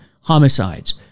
homicides